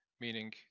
meaning